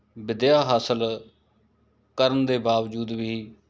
ਵਿੱਦਿਆ ਹਾਸਲ ਕਰਨ ਦੇ ਬਾਵਜੂਦ ਵੀ